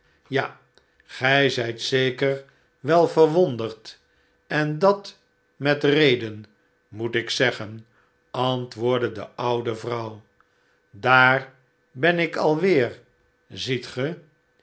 ja gij zijt zeker wel verwonderd en dat met reden moet ik zeggen antwoordde de oude vrouw daar ben ik alweer ziet